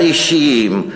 האישיים,